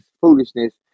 foolishness